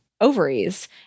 ovaries